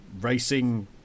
Racing